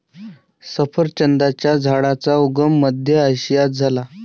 सफरचंदाच्या झाडाचा उगम मध्य आशियात झाला